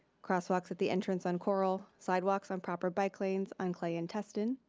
crosswalks at the entrance on coral. sidewalks on proper bike lanes. enclave in tustin.